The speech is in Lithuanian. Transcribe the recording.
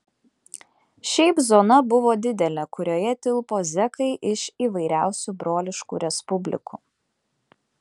šiaip zona buvo didelė kurioje tilpo zekai iš įvairiausių broliškų respublikų